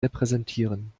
repräsentieren